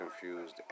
confused